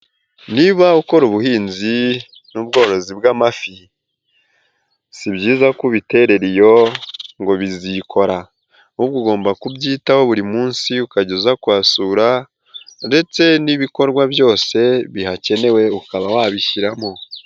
Niba ukora ubuhinzi n'ubworozi bw'amafi, si byiza ko ubitererera iyo ngo bizikora, ahubwo ugomba kubyitaho buri munsi ukajya uza kuhasura, ndetse n'ibikorwa byose bihakenewe ukaba wabishyiramo.